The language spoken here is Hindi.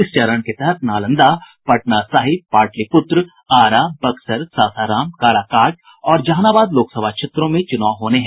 इस चरण के तहत नालंदा पटना साहिब पाटलिपुत्र आरा बक्सर सासाराम काराकाट और जहानाबाद लोकसभा क्षेत्रों में चूनाव होने हैं